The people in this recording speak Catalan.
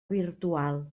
virtual